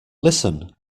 listen